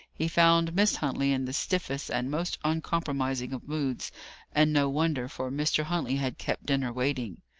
he found miss huntley in the stiffest and most uncompromising of moods and no wonder, for mr. huntley had kept dinner waiting,